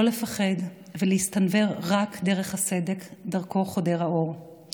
לא לפחד, ולהסתנוור רק דרך הסדק שדרכו חודר האור.